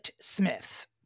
Smith